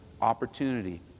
opportunity